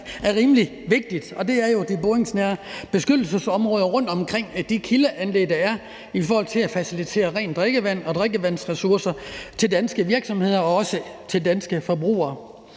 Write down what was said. er rimelig vigtigt, nemlig de boringsnære beskyttelsesområder rundt omkring de kildeanlæg, der er, for at facilitetere rent drikkevand og drikkevandsressourcer til danske virksomheder og også til danske forbrugere.